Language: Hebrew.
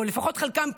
או לפחות חלקם,